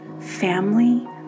family